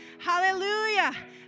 Hallelujah